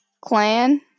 Clan